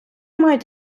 мають